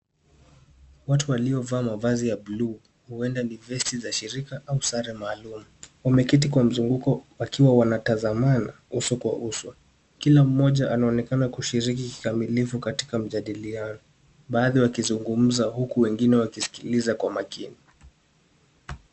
Watu waliovaa mavazi ya buluu huenda ni vesti la shirika au sare maalum. Wameketi kwa mzunguko wakiwa wanatazamana uso kwa uso. Kila mmoja anaonekana kushiriki kikamilifu katika mjadiliano, baadhi wakizungumza huku wengine wakisikiliza kwa makini.